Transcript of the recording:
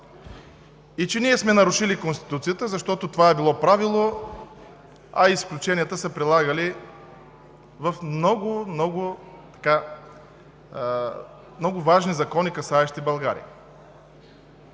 че ние сме нарушили Конституцията, защото това е било правило, а изключенията се прилагали в много, много важни закони, касаещи България.